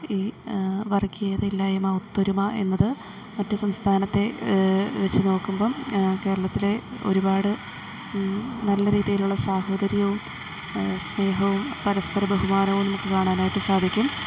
ഈ വർഗ്ഗീയതയില്ലായ്മ ഒത്തൊരുമ എന്നത് മറ്റ് സംസ്ഥാനത്തെ വെച്ച് നോക്കുമ്പം കേരളത്തിലെ ഒരുപാട് നല്ല രീതിയിൽ ഉള്ള സാഹോദര്യവും സ്നേഹവും പരസ്പര ബഹുമാനവും കാണാനായിട്ട് സാധിക്കും